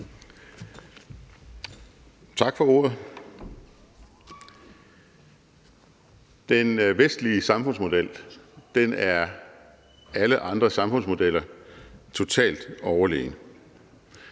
Tak for ordet. Den vestlige samfundsmodel er alle andre samfundsmodeller totalt overlegen.